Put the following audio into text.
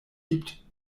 gibt